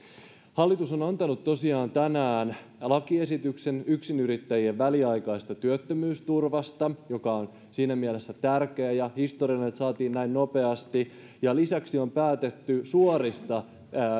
hallitus on antanut tosiaan tänään lakiesityksen yksinyrittäjien väliaikaisesta työttömyysturvasta joka on siinä mielessä tärkeä ja historiallinen että se saatiin näin nopeasti ja lisäksi on päätetty suorista